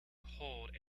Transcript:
hold